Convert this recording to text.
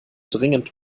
dringend